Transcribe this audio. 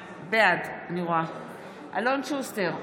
בעד אלון שוסטר,